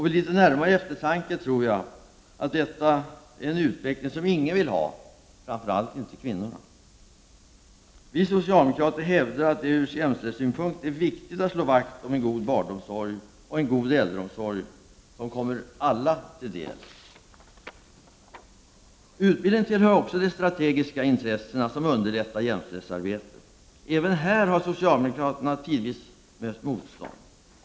Vid litet närmare eftertanke tror jag att detta är en utveckling som ingen vill ha — framför allt inte kvinnorna. Vi socialdemokrater hävdar att det ur jämställdhetssynpunkt är viktigt att slå vakt om en god barnomsorg och en god äldreomsorg som kommer alla till del. Utbildningen tillhör också de strategiska intressen som underlättar jäm ställdhetsarbetet. Även här har socialdemokraterna tidvis mött motstånd.